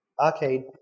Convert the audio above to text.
arcade